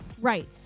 Right